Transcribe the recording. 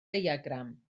diagram